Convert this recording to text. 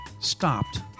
stopped